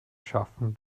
schaffen